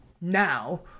now